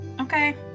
okay